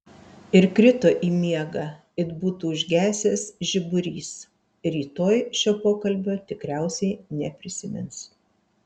ir krito į miegą it būtų užgesęs žiburys rytoj šio pokalbio tikriausiai neprisimins